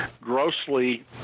grossly